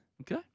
Okay